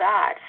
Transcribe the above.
God